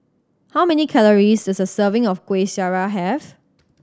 how many calories does a serving of Kueh Syara have